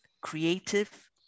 creative